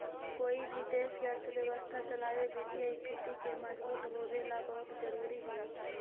कोई भी देश के अर्थव्यवस्था चलावे वित्तीय स्थिति के मजबूत होवेला बहुत जरूरी हइ